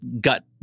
gut